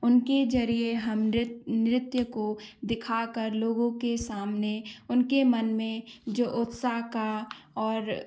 उनके जरिये हम नृत नृत्य को दिखा कर लोगों के सामने उनके मन में जो उत्साह का और